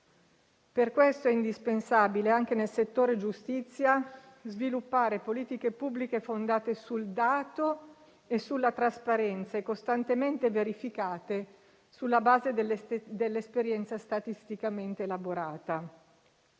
Per questo è indispensabile anche nel settore giustizia sviluppare politiche pubbliche fondate sul dato e sulla trasparenza, costantemente verificate sulla base dell'esperienza statisticamente elaborata.